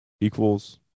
equals